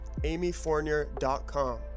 amyfournier.com